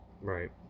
Right